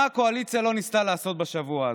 מה הקואליציה לא ניסתה לעשות בשבוע הזה?